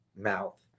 mouth